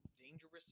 dangerous